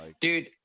dude